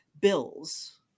bills